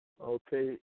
Okay